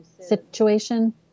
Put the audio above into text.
situation